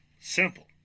Simple